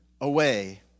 away